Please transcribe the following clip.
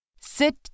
Sit